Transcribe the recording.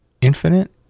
infinite